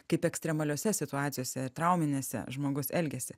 kaip ekstremaliose situacijose ir trauminėse žmogus elgiasi